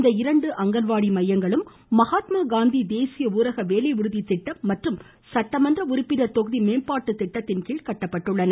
இந்த இரண்டு அங்கன்வாடி மையங்களும் மகாத்மாகாந்தி தேசிய ஊரக வேலை உறுதி திட்டம் மற்றும் சட்டமன்ற உறுப்பினர் தொகுதி மேம்பாட்டு திட்டத்தின்கீழ் கட்டப்பட்டுள்ளன